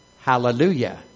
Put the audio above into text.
Hallelujah